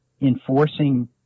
enforcing